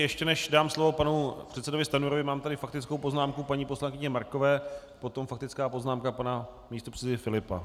Ještě než dám slovo panu předsedovi Stanjurovi, mám tady faktickou poznámku paní poslankyně Markové, potom faktická poznámka pana místopředsedy Filipa.